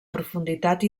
profunditat